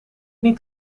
niet